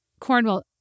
Cornwall